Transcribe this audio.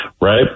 right